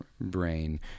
brain